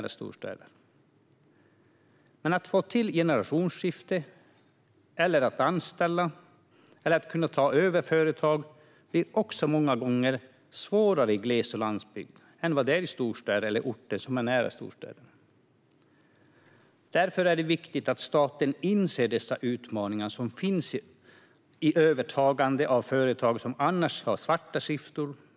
Att få till generationsskiften eller att anställda ska kunna ta över företag blir många gånger svårare i gles och landsbygd än i storstäder eller på orter som är nära storstäder. Därför är det viktigt att staten inser de utmaningar som finns i fråga om övertagande av företag som annars har svarta siffror.